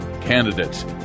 candidates